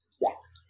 yes